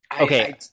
okay